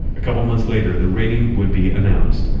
a couple months later the rating would be announced.